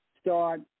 start